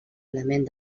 element